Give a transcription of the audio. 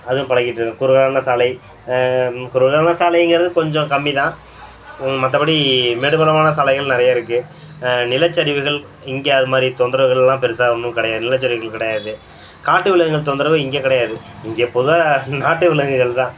அதுவும் பழகிட்ருக்கும் குறுகலான சாலை குறுகலான சாலையிங்கிறது கொஞ்சம் கம்மி தான் மற்றபடி மேடு பள்ளமான சாலைகள் நிறைய இருக்குது நிலச்சரிவுகள் இங்கே அது மாதிரி தொந்தரவுகள்லாம் பெருசாக ஒன்றும் கிடையா நிலசரிவுகள் கிடையாது காட்டு விலங்குகள் தொந்தரவு இங்கே கிடையாது இங்கே பொதுவாக நாட்டு விலங்குகள் தான்